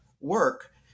work